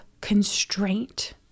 constraint